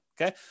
Okay